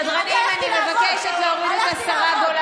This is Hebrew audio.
קוקוריקו, זה מה שאת.